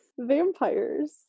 vampires